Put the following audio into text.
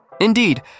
Indeed